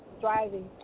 driving